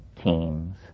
teams